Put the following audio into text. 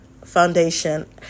Foundation